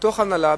בתוך ההנהלה,